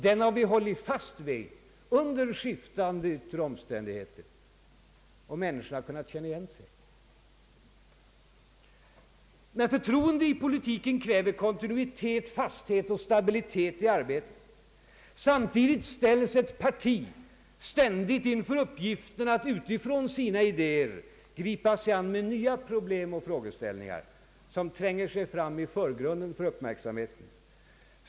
Den har vi hållit fast vid under skiftande yttre omständigheter, och människorna har kunnat känna igen sig. Förtroende i politiken kräver kontinuitet, fasthet och stabilitet i arbetet. Samtidigt ställs ett parti ständigt inför uppgiften att utifrån sina idéer gripa sig an med nya problem och frågeställningar som tränger sig fram i förgrunden för uppmärksamheten.